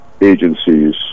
agencies